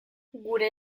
gure